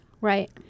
right